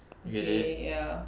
okay ya